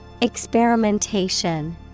Experimentation